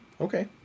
Okay